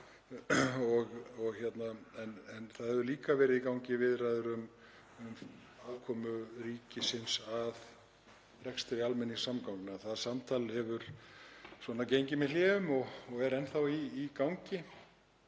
en það hafa líka verið í gangi viðræður um aðkomu ríkisins að rekstri almenningssamgangna. Það samtal hefur gengið með hléum og er enn þá í gangi.